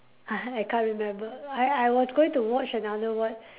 uh I can't remember I I was going to watch another one